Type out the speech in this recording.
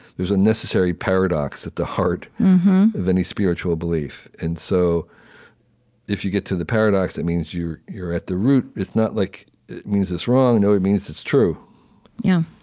there's a necessary paradox at the heart of any spiritual belief. and so if you get to the paradox, it means you're you're at the root. it's not like it means it's wrong. no, it means it's true yeah.